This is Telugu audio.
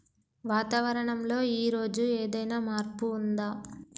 వాతావరణం లో ఈ రోజు ఏదైనా మార్పు ఉందా?